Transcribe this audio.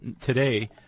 today